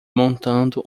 montando